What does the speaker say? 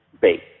base